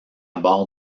bord